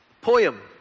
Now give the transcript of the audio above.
poem